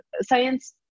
science